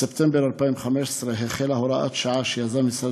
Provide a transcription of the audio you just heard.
בספטמבר 2015 החלה הוראת שעה שיזם משרד